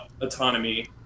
autonomy